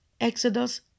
Exodus